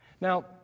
Now